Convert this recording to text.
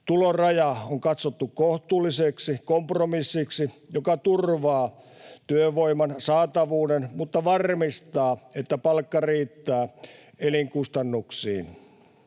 Tuloraja on katsottu kohtuulliseksi kompromissiksi, joka turvaa työvoiman saatavuuden mutta varmistaa, että palkka riittää elinkustannuksiin.